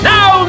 Now